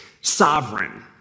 Sovereign